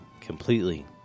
completely